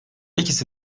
ikisi